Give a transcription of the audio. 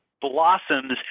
blossoms